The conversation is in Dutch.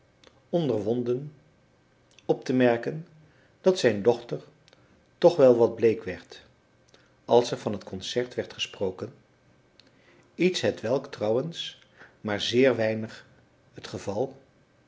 onderwonden op te merken dat zijn dochter toch wel wat bleek werd als er van het concert werd gesproken iets hetwelk trouwens maar zeer weinig het geval